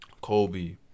Kobe